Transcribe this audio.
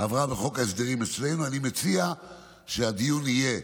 עברה בחוק ההסדרים אצלנו, אני מציע שהדיון יהיה,